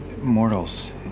mortals